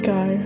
go